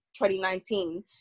2019